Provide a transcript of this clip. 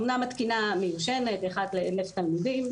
אמנם התקינה מיושנת, 1:1,000 לתלמידים.